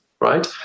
right